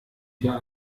wir